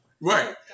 right